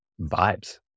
vibes